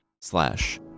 slash